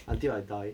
until I die